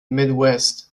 midwest